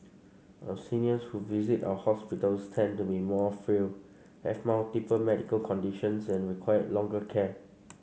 our seniors who visit our hospitals tend to be more frail have multiple medical conditions and require longer care